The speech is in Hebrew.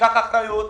קח אחריות,